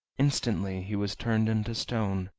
instantly he was turned into stone,